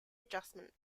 adjustment